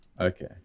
Okay